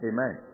Amen